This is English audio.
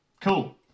cool